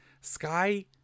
sky